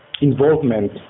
involvement